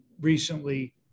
recently